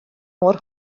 mor